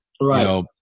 Right